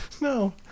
No